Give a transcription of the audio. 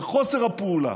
וחוסר הפעולה,